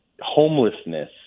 homelessness